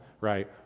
right